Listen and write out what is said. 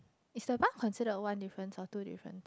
is the bar considered one difference or two difference